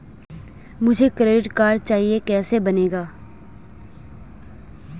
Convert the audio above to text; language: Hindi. मुझे क्रेडिट कार्ड चाहिए कैसे बनेगा?